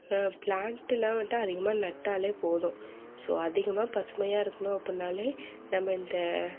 பிளாண்ட்டெலாம் வந்துட்டு அதிகமாக நட்டாலே போதும் ஸோ அதிகமாக பசுமையாக இருக்கணும் அப்படினாலே நம்ம இந்த